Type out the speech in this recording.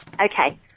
Okay